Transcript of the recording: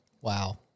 Wow